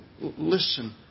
listen